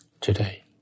today